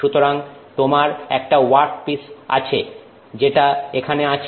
সুতরাং তোমার একটা ওয়ার্কপিস আছে যেটা এখানে আছে